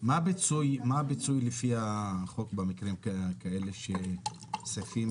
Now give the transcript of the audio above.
מה הפיצוי לפי החוק במקרים כאלה כשסעיפים